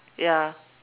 ya